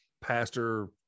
pastor